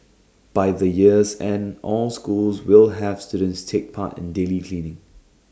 by the year's end all schools will have students take part in daily cleaning